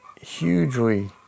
hugely